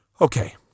Okay